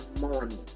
morning